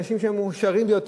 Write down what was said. אנשים שהם מאושרים יותר.